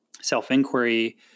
self-inquiry